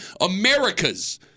America's